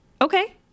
okay